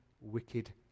wicked